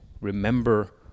Remember